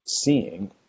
seeing